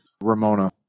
Ramona